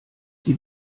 die